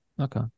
Okay